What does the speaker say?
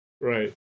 Right